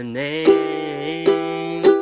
name